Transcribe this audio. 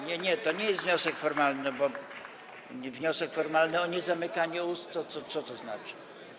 Nie, nie, to nie jest wniosek formalny, bo wniosek formalny o niezamykaniu ust to co to znaczy?